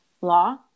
Law